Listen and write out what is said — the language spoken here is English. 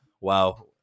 Wow